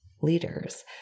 leaders